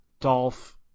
Dolph